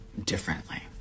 differently